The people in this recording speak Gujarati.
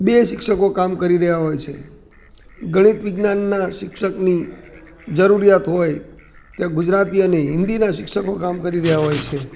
બે શિક્ષકો કામ કરી રહ્યા હોય છે ગણિત વિજ્ઞાનનાં શિક્ષકની જરૂરિયાત હોય તે ગુજરાતી અને હિન્દીનાં શિક્ષકો કામ કરી રહ્યા હોય છે